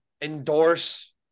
endorse